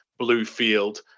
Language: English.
Bluefield